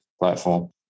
platform